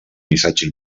missatge